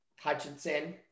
Hutchinson